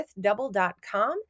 withdouble.com